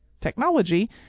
technology